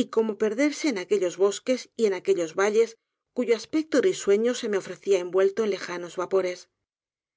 y como perderse en aquellos bosques y en aquellos valles cuyo aspecto risueño se me ofrecía envuelto en lejanos vapores